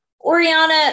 Oriana